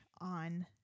on